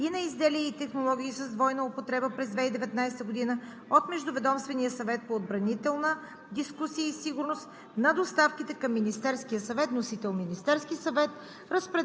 Доклад за изпълнение на Закона за експортния контрол на продукти, свързани с отбраната, и на изделия и технологии с двойна употреба през 2019 г. от Междуведомствения съвет по отбранителна